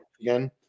again